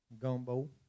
Gumbo